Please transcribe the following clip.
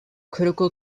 critical